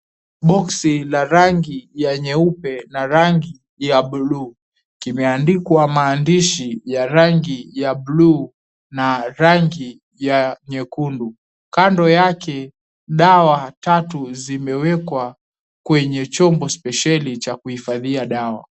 Boksi 𝑙a rangi ya nyeupe na rangi ya buluu kimeandikwa maandishi ya rangi ya blue na rangi 𝑦𝑎 nyekundu. Kando yake dawa tatu zimewekwa kwenye chombo spesheli cha kuhifadhia dawa.